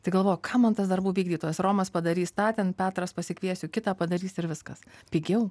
tai galvoju kam man tas darbų vykdytojas romas padarys tą ten petras pasikviesiu kitą padarys ir viskas pigiau